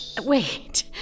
Wait